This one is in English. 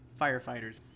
firefighters